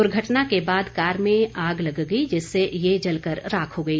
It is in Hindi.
दुर्घटना के बाद कार में आग लग गई जिससे यह जलकर राख हो गई